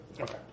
Okay